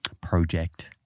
project